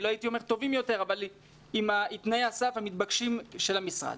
לא הייתי אומר טובים יותר אבל עם תנאי הסף המתבקשים של המשרד.